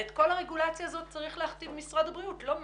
הרי את כל הרגולציה הזאת צריך להכתיב משרד הבריאות ולא מד"א.